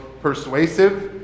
persuasive